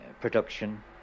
production